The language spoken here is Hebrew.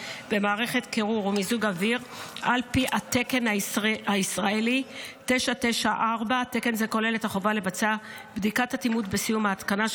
במערכת קירור או מיזוג אוויר על פי התקן הישראלי 994. תקן זה כולל את החובה לבצע בדיקת אטימות בסיום ההתקנה,